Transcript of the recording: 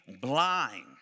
blind